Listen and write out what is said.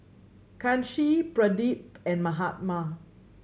Kanshi Pradip and Mahatma